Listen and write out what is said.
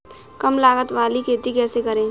कम लागत वाली खेती कैसे करें?